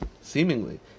seemingly